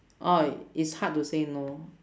orh it's hard to say no